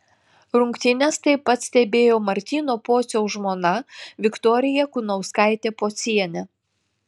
rungtynes taip pat stebėjo martyno pociaus žmona viktorija kunauskaitė pocienė